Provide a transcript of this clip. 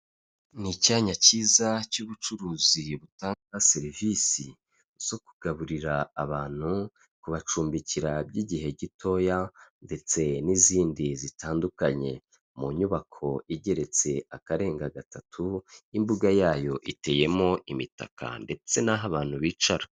Ni icyanya cyiza cy'ubucuruzi butanga serivisi zo kugaburira abantu, kubacumbikira by'igihe gitoya ndetse n'izindi zitandukanye, mu nyubako igeretse akarenga gatatu, imbuga yayo iteyemo imitaka ndetse n'aho abantu bicara.